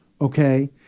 Okay